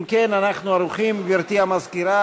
אם כן, אנחנו ערוכים, גברתי המזכירה.